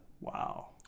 Wow